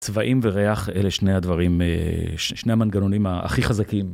צבעים וריח אלה שני המנגנונים הכי חזקים.